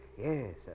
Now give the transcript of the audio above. Yes